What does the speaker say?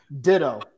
Ditto